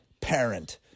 parent